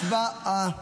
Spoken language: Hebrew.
הצבעה.